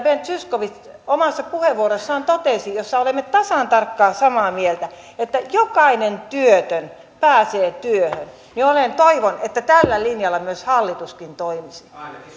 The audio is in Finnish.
ben zyskowicz omassa puheenvuorossaan totesi olemme tasan tarkkaan samaa mieltä että jokainen työtön pääsee työhön toivon että tällä linjalla myös hallituskin toimisi